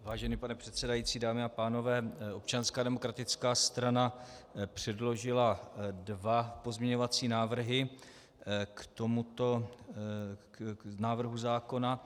Vážený pane předsedající, dámy a pánové, Občanská demokratická strana předložila dva pozměňovací návrhy k tomuto návrhu zákona.